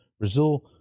Brazil